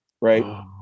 right